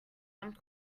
one